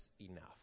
enough